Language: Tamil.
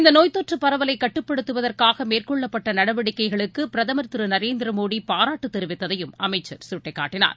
இந்தநோய்த்தொற்றுபரவலைகட்டுப்படுத்துவதற்காகமேற்கொள்ளப்பட்டநடவடிக்கைகளுக்குபிரதமர் திருநரேந்திரமோடிபாராட்டுதெரிவித்ததையும் அமைச்சர் சுட்டிக்காட்டினார்